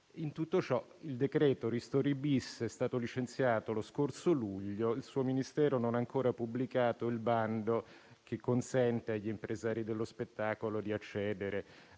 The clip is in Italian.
In tutto ciò, il cosiddetto decreto ristori-*bis* è stato licenziato lo scorso luglio e il suo Ministero non ha ancora pubblicato il bando che consente agli impresari dello spettacolo di accedere